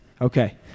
Okay